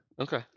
Okay